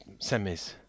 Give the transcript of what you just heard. semis